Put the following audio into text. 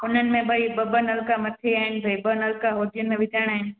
उनमें भई ॿ ॿ नलका मथे आहिनि भई ॿ नलक होदीअ में विझाइणा आहिनि